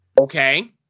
Okay